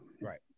Right